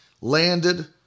Landed